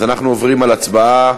אנחנו עוברים להצבעה.